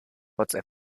whatsapp